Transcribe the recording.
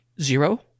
Zero